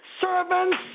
servants